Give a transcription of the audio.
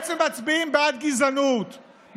בעצם מצביעים בעד גזענות,